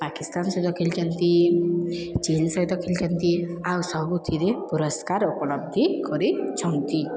ପାକିସ୍ତାନ୍ ସହିତ ଖେଳିଛନ୍ତି ଚୀନ୍ ସହିତ ଖେଳିଛନ୍ତି ଆଉ ସବୁଥିରେ ପୁରସ୍କାର ଉପଲବ୍ଧ କରିଛନ୍ତି